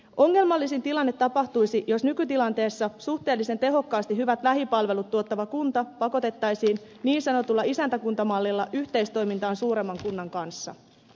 ongelmallisin tilanne tapahtuisi jos nykytilanteessa suhteellisen tehokkaasti hyvät lähipalvelut tuottava kunta pakotettaisiin niin sanotulla isäntäkuntamallilla yhteistoimintaan suuremman kunnan kanssa